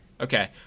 Okay